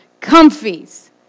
comfies